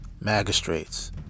magistrates